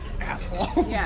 asshole